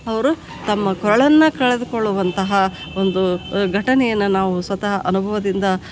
ಅವರು ತಮ್ಮ ಕೊರಳನ್ನು ಕಳೆದುಕೊಳ್ಳುವಂತಹ ಒಂದು ಘಟನೆಯನ್ನ ನಾವು ಸ್ವತಃ ಅನುಭವದಿಂದ